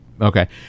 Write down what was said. Okay